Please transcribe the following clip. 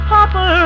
Papa